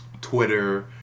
Twitter